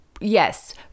yes